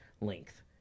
length